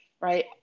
right